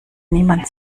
niemand